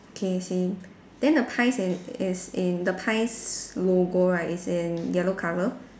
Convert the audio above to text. okay same then the pies in is in the pies logo right is in yellow colour